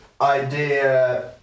idea